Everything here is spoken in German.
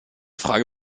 frage